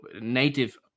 native